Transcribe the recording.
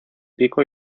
pico